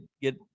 get